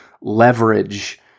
leverage